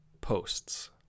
posts